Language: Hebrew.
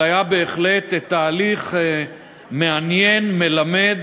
זה היה בהחלט תהליך מעניין, מלמד,